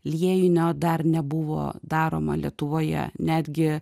liejinio dar nebuvo daroma lietuvoje netgi